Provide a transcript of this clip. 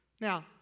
Now